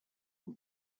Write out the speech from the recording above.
and